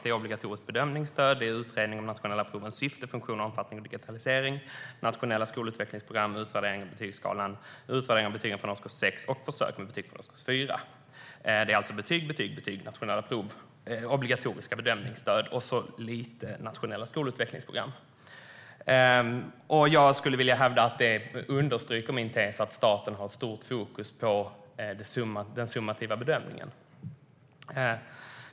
Det är obligatoriskt bedömningsstöd, utredning om de nationella provens syfte, funktion och omfattning samt digitalisering, nationella skolutvecklingsprogram och utvärdering av betygsskalan, utvärdering av betyg från årskurs 6 och försök med betyg från årskurs 4. Det är alltså betyg, betyg och betyg, nationella prov, obligatoriska bedömningsstöd och så lite nationella skolutvecklingsprogram. Jag skulle vilja hävda att det understryker min tes att staten har starkt fokus på den summativa bedömningen.